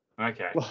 okay